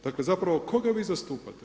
Dakle zapravo koga vi zastupate?